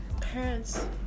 parents